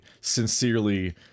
sincerely